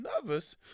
Nervous